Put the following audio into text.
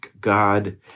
God